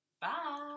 Bye